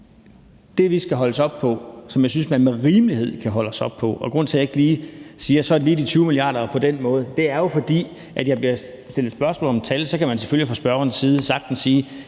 noget, vi skal holdes op på, og som jeg synes man med rimelighed kan holde os op på. Og grunden til, at jeg ikke lige siger, hvordan det er med de 20 mia. kr., er jo, at jeg bliver stillet spørgsmål om tal, hvor man selvfølgelig sagtens fra spørgerens side kan spørge,